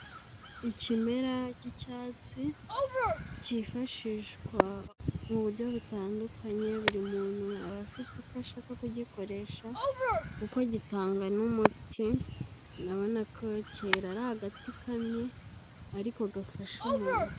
Ikimera cy'icyatsi cyifashishwa mu buryo butandukanye buri muntu aba afite uko ashaka kugikoresha uko gitangana n'umuti, urabona kera ari agati kamwe ariko gafasha umuntu.